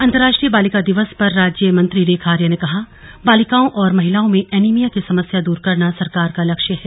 अंतरराष्ट्रीय बालिका दिवस पर राज्य मंत्री रेखा आर्य ने कहा बालिकाओं और महिलाओं में एनिमिया की समस्या दूर करना सरकार का लक्ष्य है